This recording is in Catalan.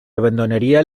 abandonaria